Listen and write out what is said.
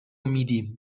میدیم